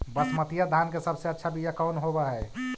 बसमतिया धान के सबसे अच्छा बीया कौन हौब हैं?